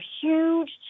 huge